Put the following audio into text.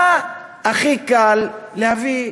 מה הכי קל להביא?